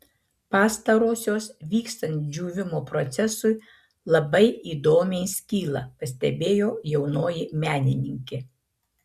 pastarosios vykstant džiūvimo procesui labai įdomiai skyla pastebėjo jaunoji menininkė